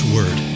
Word